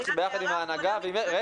אנחנו ביחד עם ההנהגה --- אין בעיה,